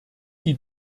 die